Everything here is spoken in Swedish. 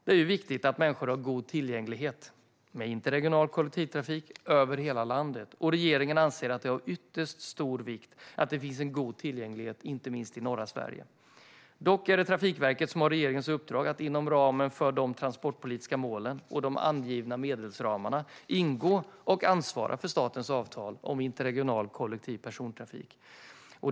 Det är viktigt att människor har god tillgänglighet med interregional kollektivtrafik över hela landet, och regeringen anser att det är av ytterst stor vikt att det finns en god tillgänglighet, inte minst i norra Sverige. Dock är det Trafikverket som har regeringens uppdrag att inom ramen för de transportpolitiska målen och de angivna medelsramarna ingå och ansvara för statens avtal om interregional kollektiv persontrafik.